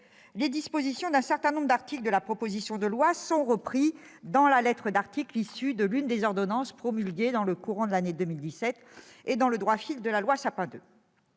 dispositions figurant dans cette proposition de loi sont reprises dans la lettre d'articles issus de l'une des ordonnances promulguées dans le courant de l'année 2017 et dans le droit fil de la loi Sapin II.